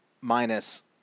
minus